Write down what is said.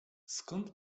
skąd